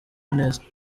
neza